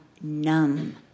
numb